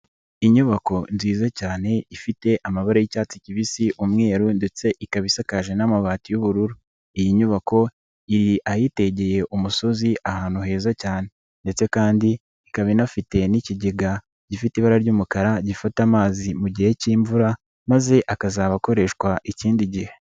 Inyubako nziza cyane ifite amabare y'icyatsi kibisi, umweru ndetse ikaba isakaje n'amabati y'ubururu, iyi nyubako iri ahitegeye umusozi ahantu heza cyane ndetse kandi ikaba inafite n'ikigega gifite ibara ry'umukara gifate amazi mu gihe k'imvura maze akazaba akoreshwa ikindi gihe.